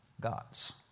gods